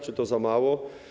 Czy to za mało?